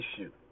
issue